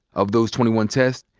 of those twenty one tests,